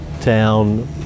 town